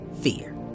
fear